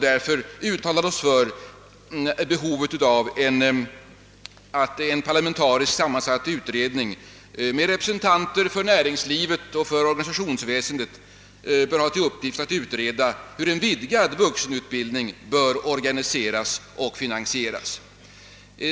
Därför uttalar vi oss för behovet av att en parlamentariskt sammansatt utredning med representanter för näringslivet och för organisationsväsendet får till uppgift att utreda hur en vidgad vuxenutbildning bör organiseras och finansieras.